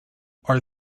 are